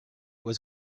was